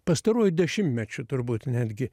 pastaruoju dešimtmečiu turbūt netgi